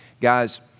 Guys